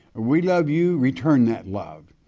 ah we love you, return that love.